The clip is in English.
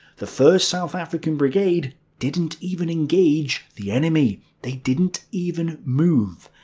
the first south african brigade didn't even engage the enemy they didn't even move.